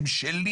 הם שלי.